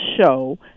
show